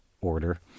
order